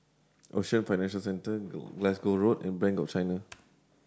Ocean Financial Centre Glasgow Road and Bank of China